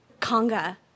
Conga